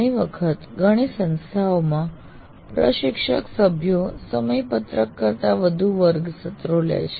ઘણી વખત ઘણી સંસ્થાઓમાં પ્રશિક્ષક સભ્યો સમયપત્રક કરતાં ઘણા વધુ વર્ગ સત્રો લે છે